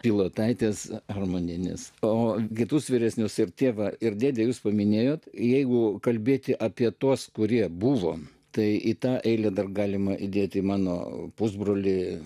pilotaitės armonienės o kitus vyresnius ir tėvą ir dėdę jūs paminėjote jeigu kalbėti apie tuos kurie buvo tai į tą eilę dar galima įdėti mano pusbrolį